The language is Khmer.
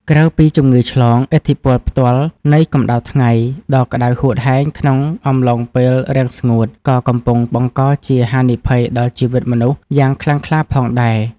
ក្រៅពីជំងឺឆ្លង ឥទ្ធិពលផ្ទាល់នៃកម្ដៅថ្ងៃដ៏ក្ដៅហួតហែងក្នុងអំឡុងពេលរាំងស្ងួត ក៏កំពុងបង្កជាហានិភ័យដល់ជីវិតមនុស្សយ៉ាងខ្លាំងក្លាផងដែរ។